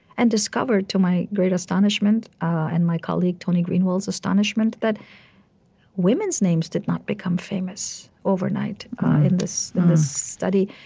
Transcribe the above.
and discovered, to my great astonishment and my colleague tony greenwald's astonishment, that women's names did not become famous overnight in this study.